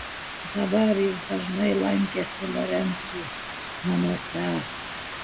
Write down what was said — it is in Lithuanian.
dabar jis dažnai lankėsi lorencų namuose